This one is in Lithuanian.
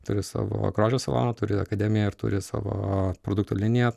turi savo grožio saloną turi akademiją ir turi savo produktų liniją